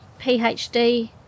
PhD